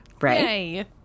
Right